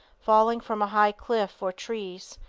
falling from a high cliff or trees.